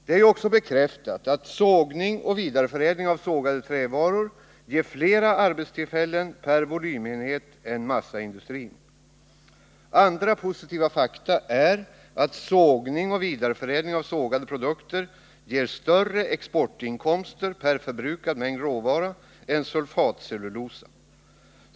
Det har också bekräftats att sågning och vidareförädling av sågade trävaror ger flera arbetstillfällen per volymenhet än massaindustrin. Andra positiva fakta är att sågning och vidareförädling av sågade produkter ger större exportinkomster per förbrukad mängd råvara än sulfatcellulosa.